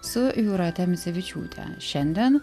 su jūrate micevičiūte šiandien